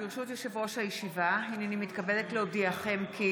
ברשות יושב-ראש הישיבה, הינני מתכבדת להודיעכם, כי